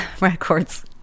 records